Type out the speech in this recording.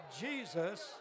Jesus